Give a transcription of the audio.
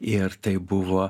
ir tai buvo